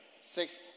Six